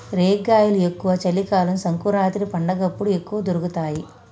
రేగ్గాయలు ఎక్కువ చలి కాలం సంకురాత్రి పండగప్పుడు ఎక్కువ దొరుకుతాయి